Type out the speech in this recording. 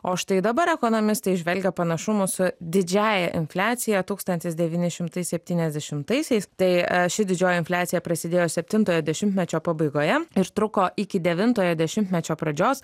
o štai dabar ekonomistai įžvelgia panašumų su didžiąja infliacija tūkstantis devyni šimtai septyniasdešimtaisiais tai ši didžioji infliacija prasidėjo septintojo dešimtmečio pabaigoje ir truko iki devintojo dešimtmečio pradžios